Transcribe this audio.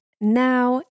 now